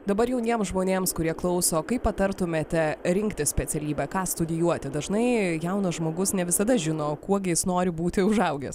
dabar jauniems žmonėms kurie klauso kaip patartumėte rinktis specialybę ką studijuoti dažnai jaunas žmogus ne visada žino kuo gi jis nori būti užaugęs